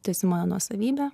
tu esi nuosavybė